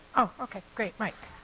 oh, okay, great, right.